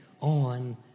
on